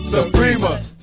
Suprema